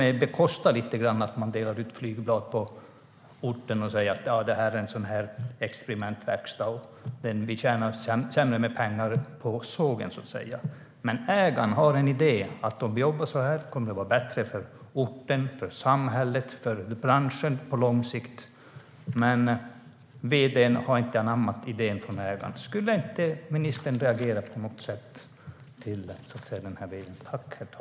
Sedan bekostar man till och med att flygblad delas ut på orten och säger att det här är en experimentverkstad, och vi tjänar mindre pengar på sågen. Ägaren har dock idén att om man jobbar så här kommer det att vara bättre för orten, för samhället och för branschen på lång sikt, men vd:n har inte anammat ägarens idé. Skulle inte ministern då reagera på detta på något sätt?